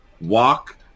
walk